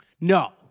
no